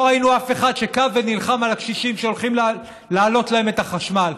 לא ראינו אף אחד שקם ונלחם על הקשישים שהולכים להעלות להם את החשמל.